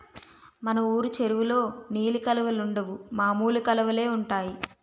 మన వూరు చెరువులో నీలి కలువలుండవు మామూలు కలువలే ఉంటాయి